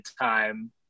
time